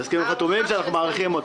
זה הסכמים חתומים שאנחנו מאריכים.